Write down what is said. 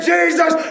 Jesus